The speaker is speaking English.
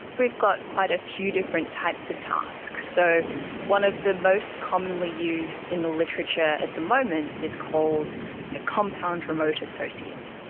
we've got quite a few different types of tasks. so one of the most commonly used in the literature at the moment is called a compound remote associate,